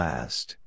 Last